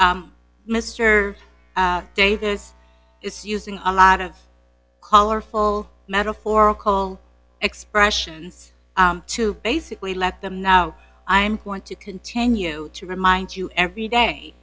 mr davis is using a lot of colorful metaphorical expressions to basically let them now i'm going to continue to remind you every day